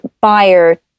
buyer